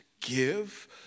give